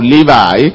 Levi